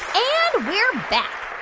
and we're back.